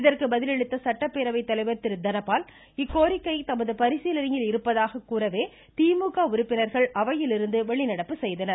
இதற்கு பதிலளித்த சட்டப்பேரவை தலைவர் திரு ப தனபால் இக்கோரிக்கை தமது பரிசீலனையில் இருப்பதாக கூறவே திமுக உறுப்பினர்கள் அவையிலிருந்து வெளிநடப்பு செய்தனர்